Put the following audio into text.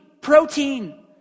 protein